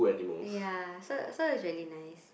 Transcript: ya so so is really nice